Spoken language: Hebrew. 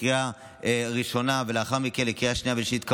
לקריאה ראשונה ולאחר מכן לקריאה שנייה ושלישית,